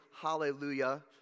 hallelujah